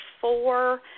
four